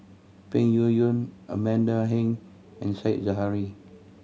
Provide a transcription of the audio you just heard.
Peng Yuyun Amanda Heng and Said Zahari